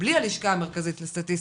בלי הלשכה המרכזית לסטטיסטיקה,